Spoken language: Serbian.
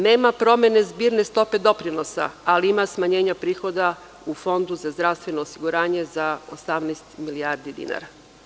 Nema promene zbirne stope doprinosa, ali ima smanjenja prihoda u Fondu za zdravstveno osiguranje za 18 milijardi dinara.